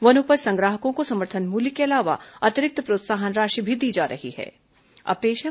वनोपज संग्राहकों को समर्थन मूल्य के अलावा अतिरिक्त प्रोत्साहन राशि भी दी जा रही है